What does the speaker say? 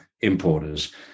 importers